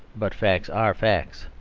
but facts are facts,